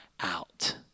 out